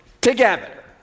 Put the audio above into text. together